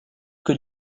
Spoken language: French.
que